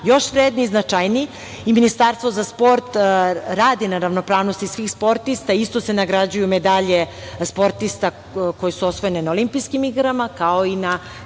još vredniji i značajniji i Ministarstvo za sport radi na ravnopravnosti svih sportista i isto se nagrađuju medalje sportista koje su osvojene na olimpijskim igrama kao i na